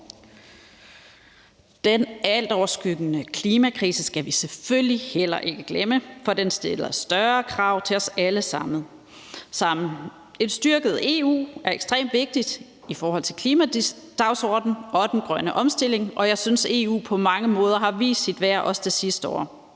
Den altoverskyggende klimakrise skal vi selvfølgelig heller ikke glemme, for den stiller større krav til os alle sammen. Et styrket EU er ekstremt vigtigt i forhold til klimadagsordenen og den grønne omstilling, og jeg synes, at EU på mange måder har vist sit værd også det sidste år.